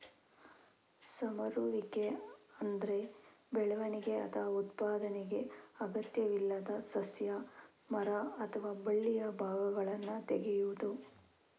ಸಮರುವಿಕೆ ಅಂದ್ರೆ ಬೆಳವಣಿಗೆ ಅಥವಾ ಉತ್ಪಾದನೆಗೆ ಅಗತ್ಯವಿಲ್ಲದ ಸಸ್ಯ, ಮರ ಅಥವಾ ಬಳ್ಳಿಯ ಭಾಗಗಳನ್ನ ತೆಗೆಯುದು